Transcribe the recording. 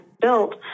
built